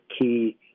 key